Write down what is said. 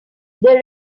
they